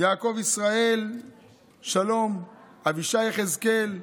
יעקב ישראל שלום, אבישי יחזקאל,